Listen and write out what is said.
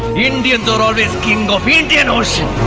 indians are always king of indian ocean